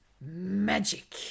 Magic